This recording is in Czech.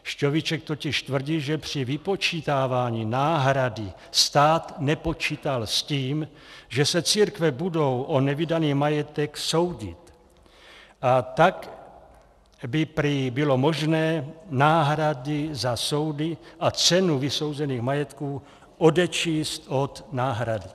Šťovíček totiž tvrdí, že při vypočítávání náhrady stát nepočítal s tím, že se církve budou o nevydaný majetek soudit, a tak by prý bylo možné náhrady za soudy a cenu vysouzených majetků odečíst od náhrady.